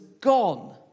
gone